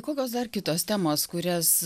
kokios dar kitos temos kurias